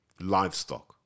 Livestock